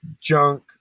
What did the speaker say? junk